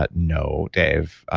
but no. dave,